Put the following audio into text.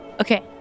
okay